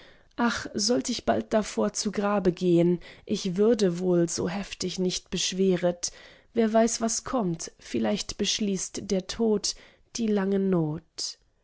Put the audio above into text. ach sollt ich bald davor zu grabe gehn ich würde wohl so heftig nicht beschweret wer weiß was kommt vielleicht beschließt der tod die lange not